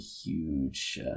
huge